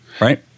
right